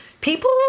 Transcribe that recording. People